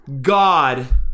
God